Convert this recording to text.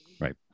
Right